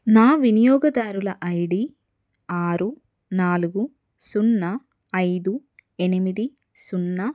నా వినియోగదారుల ఐడి ఆరు నాలుగు సున్నా ఐదు ఎనిమిది సున్నా